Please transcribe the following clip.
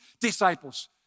disciples